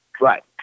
Right